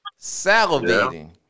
salivating